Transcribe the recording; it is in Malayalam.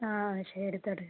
ആ